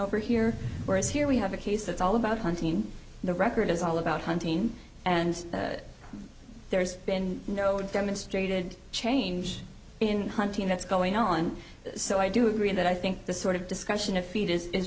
over here whereas here we have a case that's all about hunting the record is all about hunting and there's been no demonstrated change in hunting that's going on so i do agree that i think this sort of discussion a fe